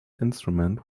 instrument